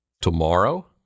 Tomorrow